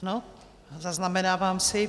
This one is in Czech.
Ano, zaznamenávám si.